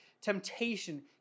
temptation